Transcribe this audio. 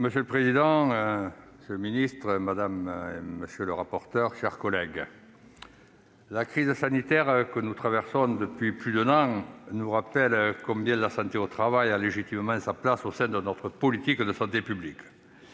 Monsieur le président, monsieur le secrétaire d'État, mes chers collègues, la crise sanitaire que nous traversons depuis plus d'un an nous rappelle combien la santé au travail a légitimement sa place au sein de notre politique de santé publique.